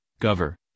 cover